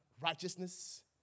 Righteousness